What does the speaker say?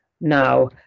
now